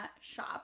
shop